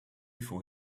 for